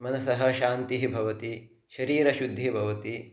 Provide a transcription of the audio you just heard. मनसः शान्तिः भवति शरीरशुद्धिः भवति